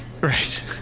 Right